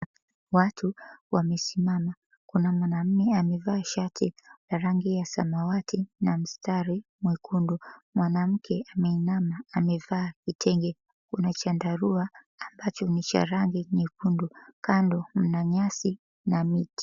Watu wamesimama, kuna mwanume amevaa shati ya rangi ya samawati na mstari mwekundu. Mwanamke ameinama amevaa kitenge. Kuna chandarua ambacho ni cha rangi nyekundu, kando mna nyasi na miti.